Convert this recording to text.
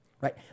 right